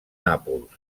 nàpols